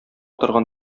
торган